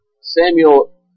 Samuel